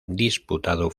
disputado